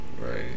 right